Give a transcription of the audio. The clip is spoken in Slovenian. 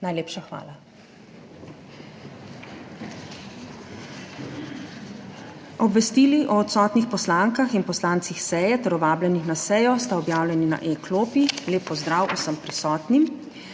Najlepša hvala. Obvestili o odsotnih poslankah in poslancih seje ter o vabljenih na sejo sta objavljeni na e-klopi. Lep pozdrav vsem prisotnim!